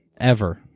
ever-